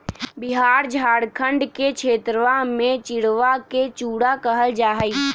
बिहार झारखंड के क्षेत्रवा में चिड़वा के चूड़ा कहल जाहई